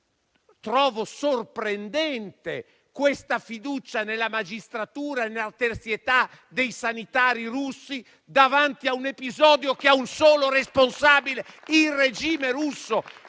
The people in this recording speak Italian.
Trovo sorprendente questa fiducia nella magistratura e nella terzietà dei sanitari russi davanti a un episodio che ha un solo responsabile, cioè il regime russo.